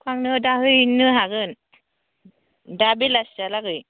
थांनो दा हैनो हागोन दा बेलासिहालागै